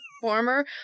former